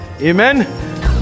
Amen